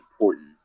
important